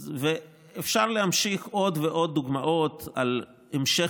אפשר להמשיך בעוד ועוד דוגמאות על המשך